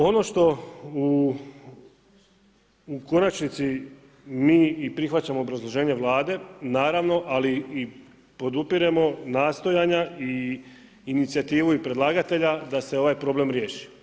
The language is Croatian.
Ono što u konačnici mi i prihvaćamo obrazloženje Vlade naravno, ali i podupiremo nastojanja i inicijativu i predlagatelja da se ovaj problem riješi.